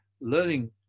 learning